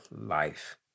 life